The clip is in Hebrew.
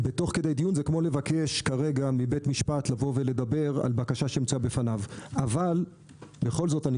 זה כמו לבקש כרגע מבית המשפט לדבר על בקשה שנמצאת בפניו.